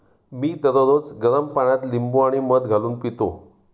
मी दररोज गरम पाण्यात लिंबू आणि मध घालून पितो